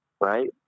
Right